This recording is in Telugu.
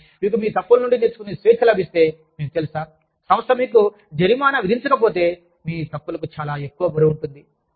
కానీ మీకు మీ తప్పుల నుండి నేర్చుకునే స్వేచ్ఛ లభిస్తే మీకు తెలుసా సంస్థ మీకు జరిమానా విధించకపోతే మీ తప్పులకు చాలా ఎక్కువ బరువు ఉంటుంది